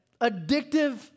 addictive